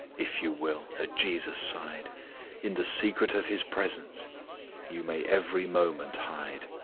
if you will, at jesus' side in the secret of his presence you may every moment hide.